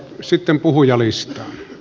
sitten puhujalistaan